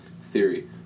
theory